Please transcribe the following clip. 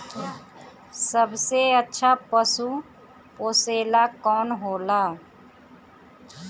सबसे अच्छा पशु पोसेला कौन होला?